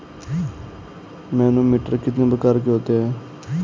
Manometer कितने प्रकार के होते हैं?